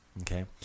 Okay